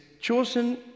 chosen